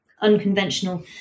unconventional